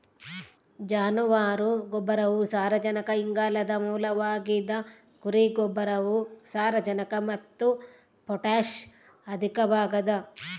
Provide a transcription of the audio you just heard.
ಜಾನುವಾರು ಗೊಬ್ಬರವು ಸಾರಜನಕ ಇಂಗಾಲದ ಮೂಲವಾಗಿದ ಕುರಿ ಗೊಬ್ಬರವು ಸಾರಜನಕ ಮತ್ತು ಪೊಟ್ಯಾಷ್ ಅಧಿಕವಾಗದ